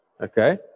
okay